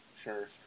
sure